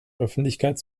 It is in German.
öffentlichkeit